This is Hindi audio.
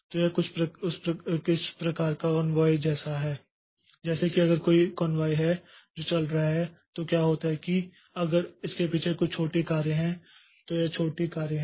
तो यह कुछ प्रकार का कॉन्वाय है जैसे कि अगर कोई बड़ा कॉन्वाय है जो चल रहा है तो क्या होता है कि अगर इसके पीछे कुछ छोटी कारें हैं तो यह छोटी कारें हैं